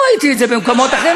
לא ראיתי את זה במקומות אחרים.